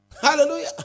Hallelujah